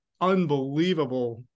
unbelievable